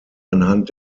anhand